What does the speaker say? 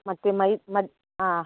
ಮತ್ತೆ ಮೈ ಮದ ಹಾಂ